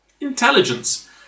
intelligence